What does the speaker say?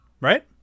right